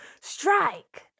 Strike